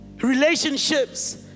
relationships